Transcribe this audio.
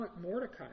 Mordecai